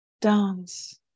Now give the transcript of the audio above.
Dance